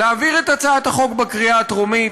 להעביר את הצעת החוק בקריאה הטרומית.